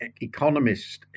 economists